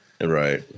Right